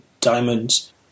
diamonds